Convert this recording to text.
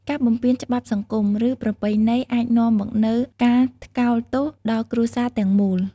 ការបំពានច្បាប់សង្គម ឬប្រពៃណីអាចនាំមកនូវការថ្កោលទោសដល់គ្រួសារទាំងមូល។